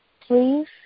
please